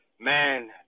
Man